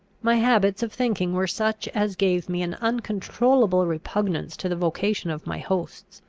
my habits of thinking were such as gave me an uncontrollable repugnance to the vocation of my hosts.